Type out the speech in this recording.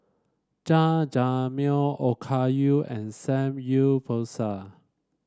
Jajangmyeon Okayu and Samgyeopsal